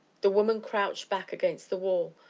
the woman crouched back against the wall,